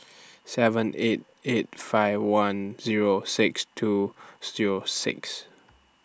seven eight eight five one Zero six two Zero six